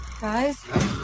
Guys